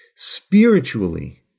Spiritually